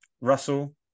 Russell